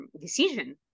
decision